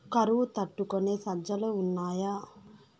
కరువు తట్టుకునే సజ్జలు ఉన్నాయా